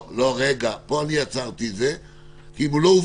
זה לא מילים, זה גם לא עברית, זה גם ללא משמעות.